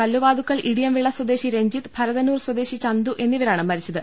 കല്ലുവാതുക്കൽ ഇടിയംവിള സ്വദേശി രഞ്ജിത്ത് ഭര തന്നൂർ സ്വദേശി ചന്തു എന്നിവരാണ് മരിച്ചത്